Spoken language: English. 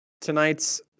tonight's